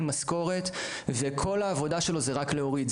משכורת וכול העבודה שלו זה רק להוריד,